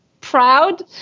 proud